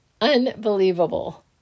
Unbelievable